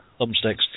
thumbsticks